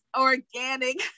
organic